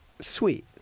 sweet